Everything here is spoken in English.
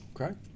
Okay